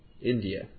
India